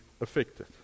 affected